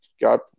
got